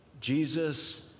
Jesus